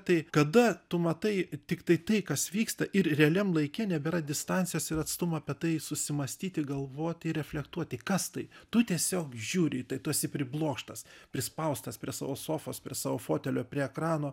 tai kada tu matai tiktai tai kas vyksta ir realiam laike nebėra distancijos ir atstumo apie tai susimąstyti galvoti ir reflektuoti kas tai tu tiesiog žiūri į tai tu esi priblokštas prispaustas prie savo sofos prie savo fotelio prie ekrano